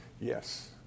Yes